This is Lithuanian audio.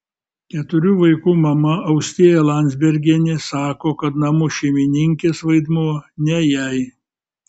keturių vaikų mama austėja landzbergienė sako kad namų šeimininkės vaidmuo ne jai